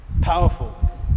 Powerful